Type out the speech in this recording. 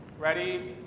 ready,